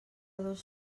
dos